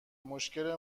مشکل